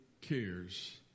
cares